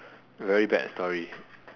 very bad story